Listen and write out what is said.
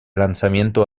lanzamiento